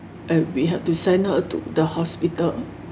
and we have to send her to the hospital